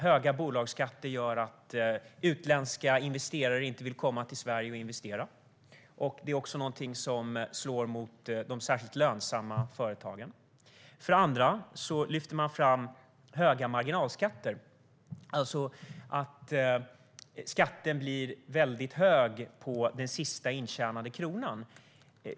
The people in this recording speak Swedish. Höga bolagsskatter gör att utländska investerare inte vill komma till Sverige och investera, vilket är något som slår mot de särskilt lönsamma företagen. För det andra lyfter man fram höga marginalskatter, alltså att skatten blir väldigt hög på den sista intjänade kronan.